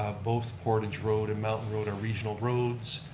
both portage road and mountain road are regional roads.